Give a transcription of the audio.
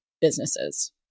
businesses